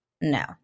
No